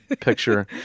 picture